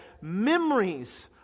memories